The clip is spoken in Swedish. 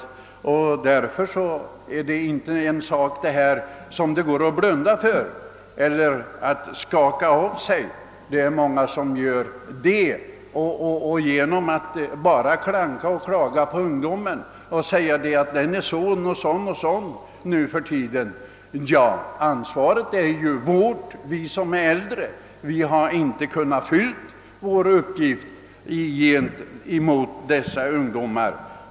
Detta är inte något som man kan blunda för eller skaka av sig. Många gör det. De klagar och klankar bara på ungdomen, trots att ansvaret ju är vårt. Vi äldre har inte kunnat fylla våra uppgifter gentemot ungdomen.